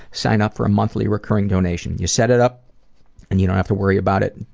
sign up for a monthly recurring donation. you set it up and you don't have to worry about it.